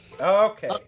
Okay